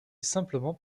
simplement